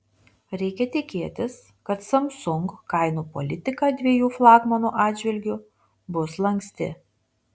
reikia tikėtis kad samsung kainų politika dviejų flagmanų atžvilgiu bus lanksti